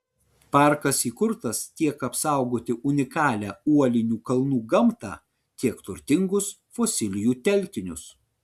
parkas įkurtas tiek apsaugoti unikalią uolinių kalnų gamtą tiek turtingus fosilijų telkinius